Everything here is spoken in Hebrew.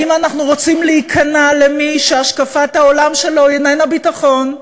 אם אנחנו רוצים להיכנע למי שהשקפת העולם שלו איננה ביטחון,